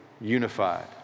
unified